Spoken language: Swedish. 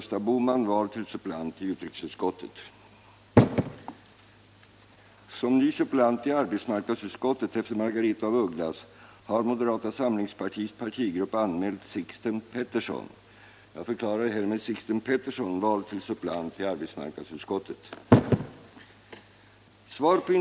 Som ny suppleant i arbetsmarknadsutskottet efter Margaretha af Ugglas har moderata samlingspartiets partigrupp anmält Sixten Pettersson.